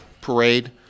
parade